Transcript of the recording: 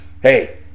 Hey